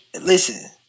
listen